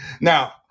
Now